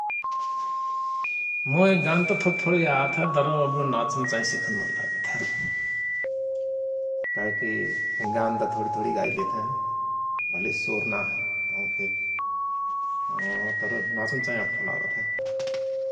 मोय गान त थो थोरी आत हय तर अव नाचन चाई सिखन मन लागत हय । काहेकि गान त थोणि थोणि गाईलेत हयं भले स्वर ना हय तहुंफिर तर नाचन चाई अगठो लागत हय ।